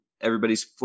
everybody's